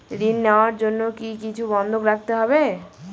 ঋণ নেওয়ার জন্য কি কিছু বন্ধক রাখতে হবে?